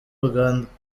uganda